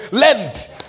Land